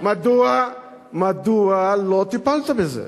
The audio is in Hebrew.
מדוע לא טיפלת בזה?